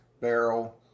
barrel